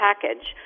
package